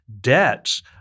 debts